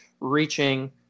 reaching